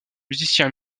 musicien